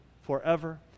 forever